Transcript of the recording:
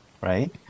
right